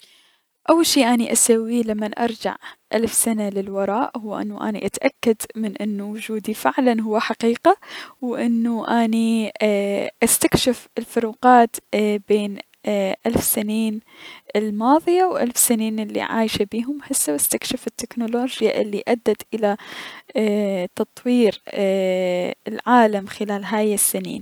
اول شي اني اسويه لمن ارجع الف سنة للوراء هو انو اني اتأكد من انو وجودي فعلا هو حقيقة، و انو اني اي - استكشف الفروقات بين اي- الف سنين الماضية و ألف سنين العايشة بيهم هسه و استكشف التكنولوجيا الي ادت الى اي-تطوير اي-العالم خلال هاي السنين.